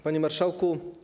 Panie Marszałku!